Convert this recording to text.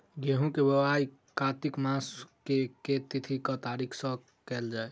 गेंहूँ केँ बोवाई कातिक मास केँ के तिथि वा तारीक सँ कैल जाए?